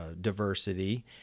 diversity